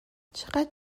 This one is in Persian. چقدر